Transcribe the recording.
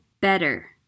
better